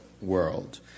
world